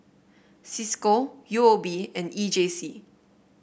Cisco U O B and E J C